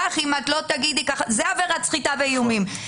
אם את לא תגידי ככה זו עבירת סחיטה באיומים.